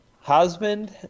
husband